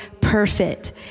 perfect